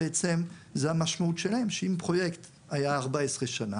בעצם המשמעות שלהם שאם פרויקט היה 14 שנה